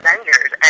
Avengers